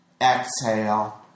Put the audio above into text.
Exhale